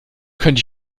könnte